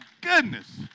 goodness